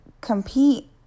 compete